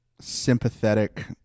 sympathetic